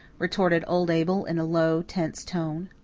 retorted old abel in a low tense tone.